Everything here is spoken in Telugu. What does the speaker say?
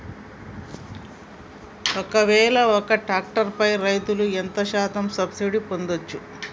ఒక్కవేల ఒక్క ట్రాక్టర్ పై రైతులు ఎంత శాతం సబ్సిడీ పొందచ్చు?